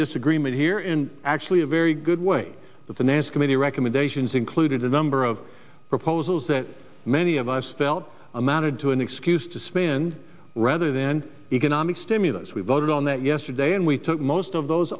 disagreement here in actually a very good way the finance committee recommendations included a number of proposals that many of us felt amounted to an excuse to spend rather than economic stimulus we voted on that yesterday and we took most of those